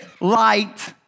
light